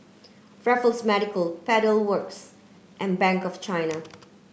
Raffles Medical Pedal Works and Bank of China